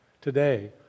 today